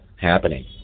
happening